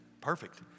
perfect